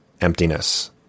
emptiness